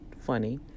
funny